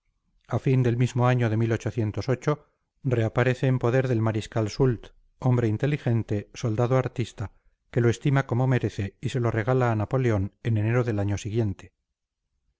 a fin del mismo año de reaparece en poder del mariscal soult hombre inteligente soldado artista que lo estima como merece y se lo regala a napoleón en enero del año siguiente